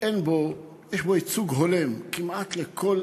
יש בו ייצוג הולם כמעט לכל